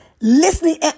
listening